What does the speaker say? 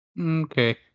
Okay